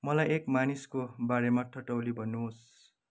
मलाई एक मानिसको बारेमा ठट्यौली भन्नुहोस्